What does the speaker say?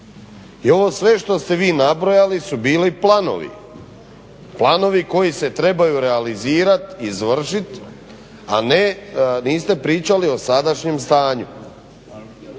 I ovo sve što ste vi nabrojali su bili planovi, planovi koji se trebaju realizirati, izvršiti a niste pričali o sadašnjem stanju.